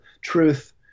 truth